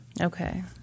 Okay